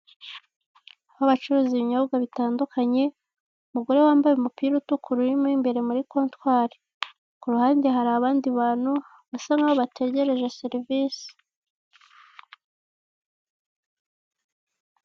Aho bacuruza ibinyobwa bitandukanye, umugore wambaye umupira utukura uri mo imbere muri kontwari, ku ruhande hari abandi bantu basa n'aho bategereje serivise.